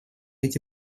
эти